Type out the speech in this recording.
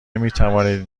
میتوانید